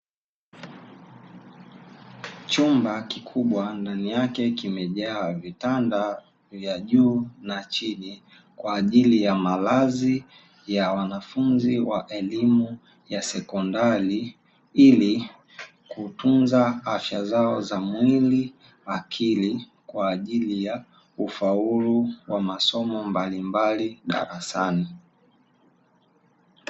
Chumba kikubwa ndani yake kimejaa vitanda vya juu na chini, kwa ajili ya malazi ya wanafunzi wa elimu ya sekondari ili kutunza afya zao za mwili, akili, kwa ajili ya ufaulu wa masomo mbalimbali darasani.